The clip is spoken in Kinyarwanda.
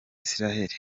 isiraheli